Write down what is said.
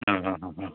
ആ ആ ആ ആ